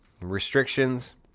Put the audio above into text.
restrictions